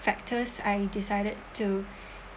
factors I decided to